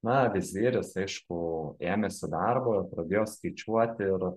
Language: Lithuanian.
na viziris aišku ėmėsi darbo pradėjo skaičiuoti ir